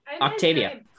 Octavia